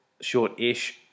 short-ish